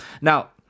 Now